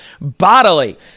bodily